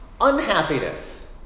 unhappiness